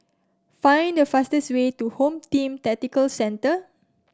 find the fastest way to Home Team Tactical Centre